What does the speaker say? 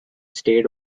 stayed